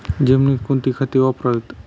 जमिनीत कोणती खते वापरावीत?